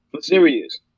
serious